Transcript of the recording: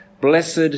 Blessed